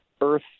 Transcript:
earth